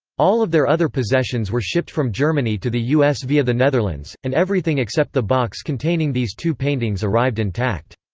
all of their other possessions were shipped from germany to the u s. via the netherlands, and everything except the box containing these two paintings arrived intact.